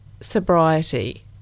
sobriety